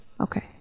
Okay